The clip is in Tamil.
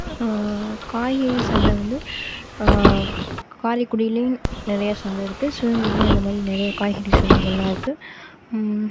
காய்கறி சந்தை வந்து கரைக்குடியிலேயும் நிறையா சந்தை இருக்கு ஸோ சிவகங்கைலேயும் அந்த மாதிரி நிறைய காய்கறி சந்தைகள்லாம் இருக்கு